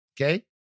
Okay